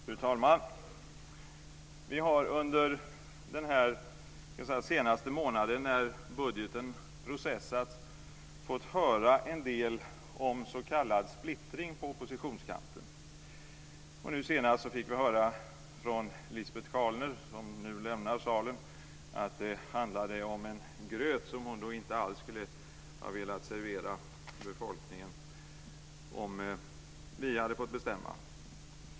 Fru talman! Vi har under den senaste månaden, när budgeten processats, fått höra en del om s.k. splittring på oppositionskanten. Nu senast fick vi höra från Lisbet Calner, som nu lämnar salen, att det handlade om en gröt som hon då inte alls skulle ha velat servera befolkningen, om vi hade fått bestämma.